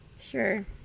Sure